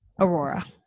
Aurora